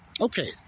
Okay